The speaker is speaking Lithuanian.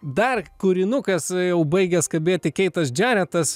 dar kūrinukas jau baigė skambėti keitas džeretas